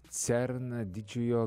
cern didžiojo